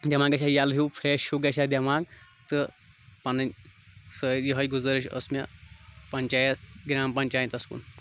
دٮ۪ماغ گَژھِ ہا ییٚلہٕ ہیٚوٗ فرٛٮ۪ش ہیٚوٗ گژھِ ہا دٮ۪ماغ تہٕ پَنٕنۍ سٲ یِہَے گُذٲرِش ٲس مےٚ پَنچایَت گرٛام پَنچایتَس کُن